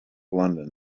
london